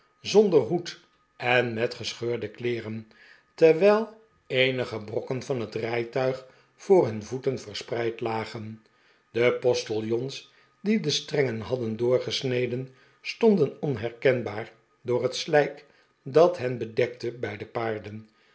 zonder hoed en met gescheurde kleeren terwijl eenige brokken van het rijtuig voor hun voeten verspreid lagen de postiljons die de strengen hadden doorgesneden stonden onherkenbaar door het slijk dat hen bedekte bij de paarden